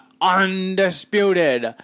undisputed